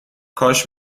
کاش